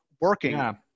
working